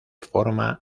forma